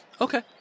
Okay